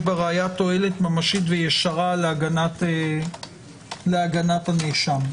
בראיה תועלת ממשית וישירה להגנת הנאשם.